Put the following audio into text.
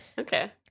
Okay